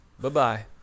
Bye-bye